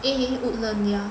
eh eh Woodlands yah